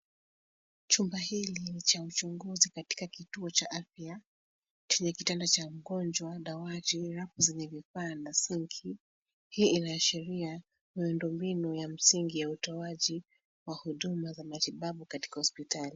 Chumba hili ni cha mfunguzi katika kituo cha afya chenye kitanda cha mgonjwa, dawati, rafu zenye vifaa na sinki. Hii inaashiria miundo mbinu ya msingi ya utoaji wa huduma za matibabu katika hospitali.